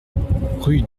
rue